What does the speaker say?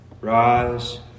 Rise